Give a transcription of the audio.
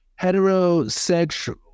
heterosexual